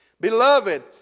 Beloved